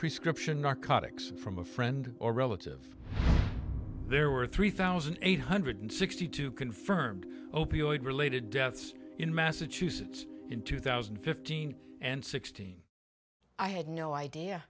prescription narcotics from a friend or relative there were three thousand eight hundred sixty two confirmed opioid related deaths in massachusetts in two thousand and fifteen and sixteen i had no idea